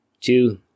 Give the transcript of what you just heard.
Two